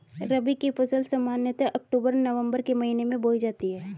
रबी की फ़सल सामान्यतः अक्तूबर नवम्बर के महीने में बोई जाती हैं